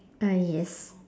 uh yes